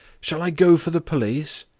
shall i go for the police?